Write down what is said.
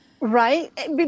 Right